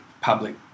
public